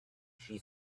she